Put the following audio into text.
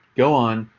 go on,